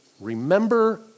Remember